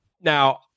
Now